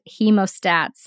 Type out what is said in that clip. hemostats